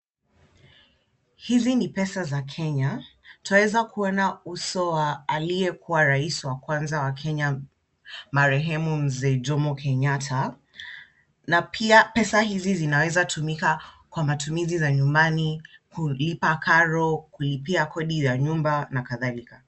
Hizi ni pesa za Kenya twaweza kuona uso wa aliyekuwa rais wa kwanza wa Kenya marehemu mzee Jomo kenyatta na pia pesa hizi zinaweza tumika kwa matumizi za nyumbani kulipa karo, kulipia kodi ya nyumba na kadhalika.